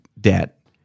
debt